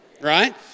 right